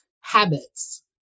habits